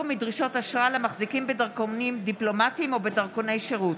מדרישות אשרה למחזיקים בדרכונים דיפלומטיים או בדרכוני שירות,